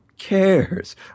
cares